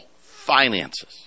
finances